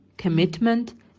commitment